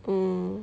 mm